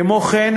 כמו כן,